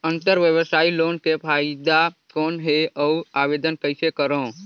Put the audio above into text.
अंतरव्यवसायी लोन के फाइदा कौन हे? अउ आवेदन कइसे करव?